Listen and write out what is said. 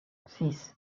six